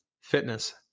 Fitness